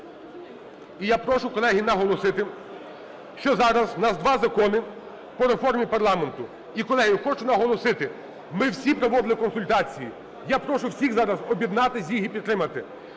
І я прошу, колеги, наголосити, що зараз у нас два закони по реформі парламенту. І, колеги, я хочу наголосити: ми всі проводили консультації. Я прошу всіх зараз об'єднатись і їх підтримати